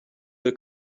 will